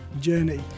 journey